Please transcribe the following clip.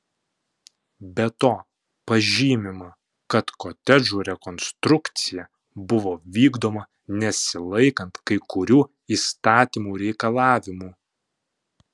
be to pažymima kad kotedžų rekonstrukcija buvo vykdoma nesilaikant kai kurių įstatymų reikalavimų